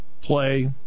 play